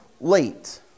late